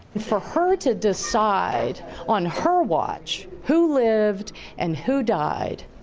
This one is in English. for her to decide on her watch who lived and who died.